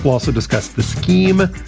also discuss the scheme,